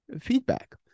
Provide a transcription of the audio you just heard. feedback